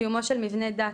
קיומו של מבנה דת,